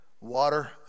water